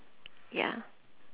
ya